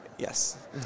Yes